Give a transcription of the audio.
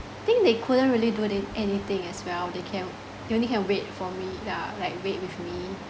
think they couldn't really do any~ anything as well they can they only can wait for me lah like wait with me